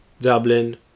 Dublin